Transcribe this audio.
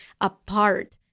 apart